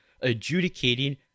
adjudicating